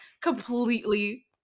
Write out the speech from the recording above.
completely